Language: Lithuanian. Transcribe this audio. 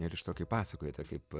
ir iš to kaip pasakojate kaip